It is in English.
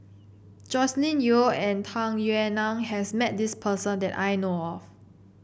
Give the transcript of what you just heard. Joscelin Yeo and Tung Yue Nang has met this person that I know of